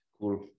Cool